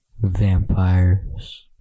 vampires